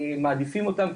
מעדיפים אותם,